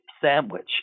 sandwich